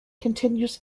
continues